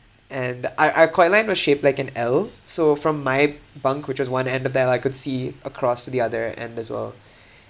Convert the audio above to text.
and our our quite line was shaped like an l so from my bunk which was one end of that like I could see across to the other end as well